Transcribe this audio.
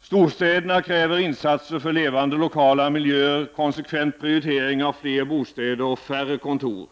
Storstäderna kräver insatser för levande, lokala miljöer och konsekvent prioritering av fler bostäder och färre kontor.